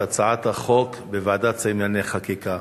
הצעת החוק בוועדת השרים לענייני חקיקה,